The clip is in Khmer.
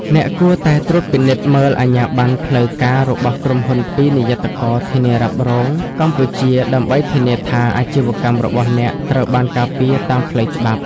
អ្នកគួរតែត្រួតពិនិត្យមើលអាជ្ញាបណ្ណផ្លូវការរបស់ក្រុមហ៊ុនពី និយ័តករធានារ៉ាប់រងកម្ពុជា ដើម្បីធានាថាអាជីវកម្មរបស់អ្នកត្រូវបានការពារតាមផ្លូវច្បាប់។